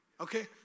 Okay